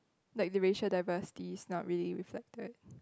like the racial diversity is not really reflected